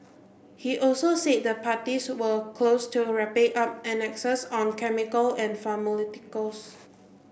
he also said the parties were close to wrapping up annexes on chemical and pharmaceuticals